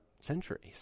centuries